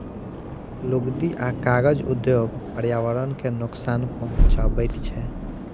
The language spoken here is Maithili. लुगदी आ कागज उद्योग पर्यावरण के नोकसान पहुँचाबैत छै